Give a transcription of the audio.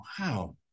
wow